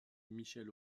michel